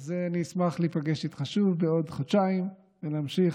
אז אני אשמח להיפגש איתך שוב בעוד חודשיים ונמשיך.